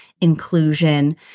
inclusion